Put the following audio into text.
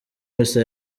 misa